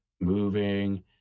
moving